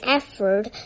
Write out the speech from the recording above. effort